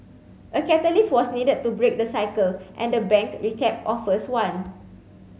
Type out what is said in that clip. a catalyst was needed to break the cycle and the bank recap offers one